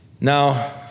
Now